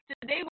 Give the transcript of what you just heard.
Today